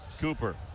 Cooper